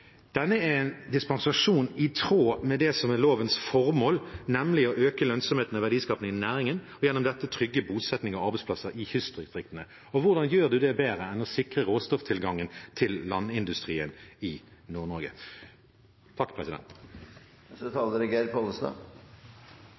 denne bedriften på land, som her tidligere sagt har virket i fem generasjoner. Dette er en dispensasjon i tråd med det som er lovens formål, nemlig å øke lønnsomheten og verdiskapingen i næringen og gjennom dette trygge bosetting og arbeidsplasser i kystdistriktene. Og hvordan gjør man det bedre enn å sikre råstofftilgangen til landindustrien i